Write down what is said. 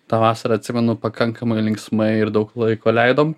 tą vasarą atsimenu pakankamai linksmai ir daug laiko leidom